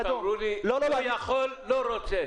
בטירונות אמרו לי, לא יכול, לא רוצה.